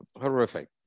horrific